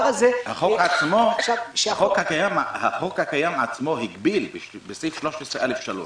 הזה --- אבל החוק הקיים עצמו הגביל בסעיף 13(א)(3),